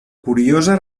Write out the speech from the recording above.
curiosa